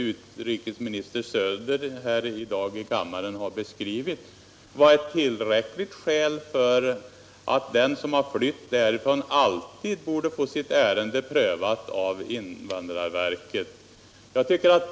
utrikesminister Söder här i dag i kammaren har beskrivit — vara ett tillräckligt skäl för att den som flytt ifrån Chile alltid borde få sitt ärende prövat av invandrarverket.